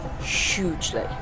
hugely